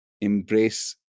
Embrace